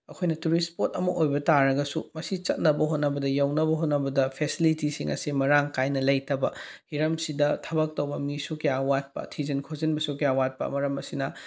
ꯑꯩꯈꯣꯏꯅ tourist spot ꯑꯃ ꯑꯣꯏꯕ ꯇꯥꯔꯒꯁꯨ ꯃꯁꯤ ꯆꯠꯅꯕ ꯍꯣꯠꯅꯕꯗ ꯌꯧꯅꯕ ꯍꯣꯠꯅꯕꯗ ꯐꯦꯁꯤꯂꯤꯇꯤꯁꯤꯡ ꯑꯁꯦ ꯃꯔꯥꯡ ꯀꯥꯏꯅ ꯂꯩꯇꯕ ꯍꯤꯔꯝꯁꯤꯗ ꯊꯕꯛ ꯇꯧꯕ ꯃꯤꯁꯨ ꯀꯌꯥ ꯋꯥꯠꯄ ꯊꯤꯖꯤꯟ ꯈꯣꯠꯆꯟꯕꯁꯨ ꯀꯌꯥ ꯋꯥꯠꯄ ꯃꯔꯝ ꯑꯁꯤꯅ